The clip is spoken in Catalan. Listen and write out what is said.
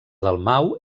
dalmau